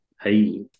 Hey